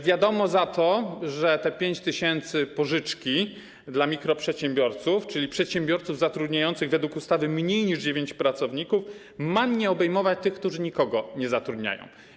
Wiadomo za to, że te 5 tys. pożyczki dla mikroprzedsiębiorców, czyli przedsiębiorców zatrudniających według ustawy mniej niż dziewięciu pracowników, ma nie obejmować tych, którzy nikogo nie zatrudniają.